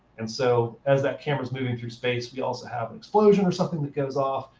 and so as that camera's moving through space, we also have an explosion or something that goes off.